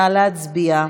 נא להצביע.